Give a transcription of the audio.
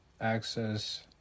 access